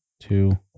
two